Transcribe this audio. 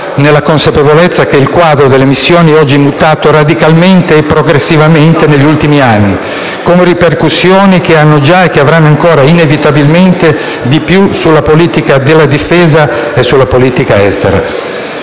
nella consapevolezza che il quadro delle missioni è mutato radicalmente e progressivamente negli ultimi anni, con ripercussioni che hanno già, e che avranno ancora inevitabilmente di più, effetto sulla politica della difesa e sulla politica estera.